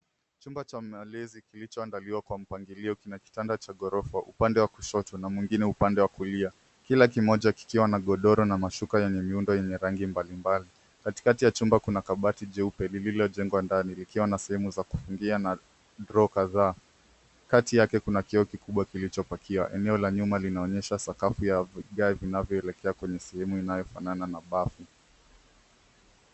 Chumba cha maelezi kilicho andaliwa kwa mpangilio kina kitanda cha gorofa upande wa kushoto na mwingine upande wa kulia, kila kimoja kikiwa na godoro na mashuka yenye nyundo ya rangi mbalimbali. Katikati ya chumba kuna kabati jeupe lillo jengwa ndani ikiwa na sehemu ya kufungia na draw kadhaa , kati yake kuna kioo kikubwa kilicho pakia eneo la nyuma linaonyesha sakafu ya vigae vinavyo elekea kwenye sehemu inayofanana na paa.